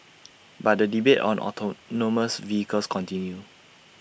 but the debate on autonomous vehicles continue